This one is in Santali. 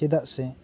ᱪᱮᱫᱟᱜ ᱥᱮ